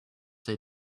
they